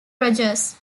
rogers